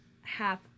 half